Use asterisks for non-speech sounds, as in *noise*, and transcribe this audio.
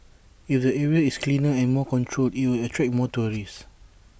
if the area is cleaner and more controlled IT will attract more tourists *noise*